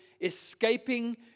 Escaping